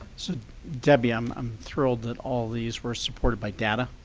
so debbie, um i'm thrilled that all these were supported by data.